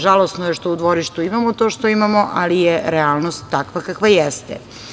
Žalosno je što u dvorištu imamo to što imamo, ali je realnost takva kakva jeste.